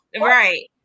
Right